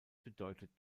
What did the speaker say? bedeutet